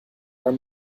are